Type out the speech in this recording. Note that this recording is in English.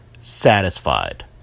satisfied